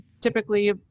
typically